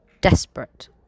desperate